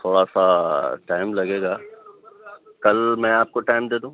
تھوڑا سا ٹائم لگے گا کل میں آپ کو ٹائم دے دوں